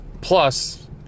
plus